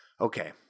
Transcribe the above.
Okay